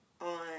on